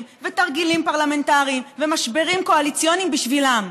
ותרגילים פרלמנטריים ומשברים קואליציוניים בשבילם,